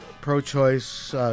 pro-choice